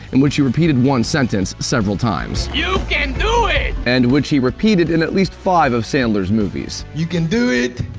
and which he repeated one sentence. several times. you can do it. and which he repeated in at least five of sandler's movies. you can do it.